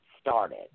started